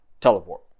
Teleport